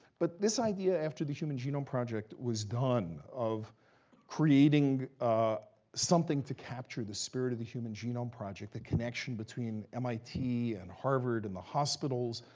but this idea, after the human genome project was done, of creating ah something to capture the spirit of the human genome project, the connection between mit and harvard and the hospitals,